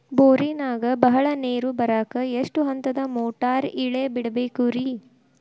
ಬೋರಿನಾಗ ಬಹಳ ನೇರು ಬರಾಕ ಎಷ್ಟು ಹಂತದ ಮೋಟಾರ್ ಇಳೆ ಬಿಡಬೇಕು ರಿ?